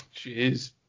jeez